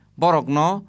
borokno